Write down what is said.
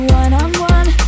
one-on-one